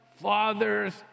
father's